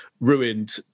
ruined